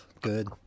good